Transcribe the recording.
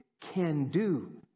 can-do